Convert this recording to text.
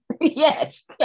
Yes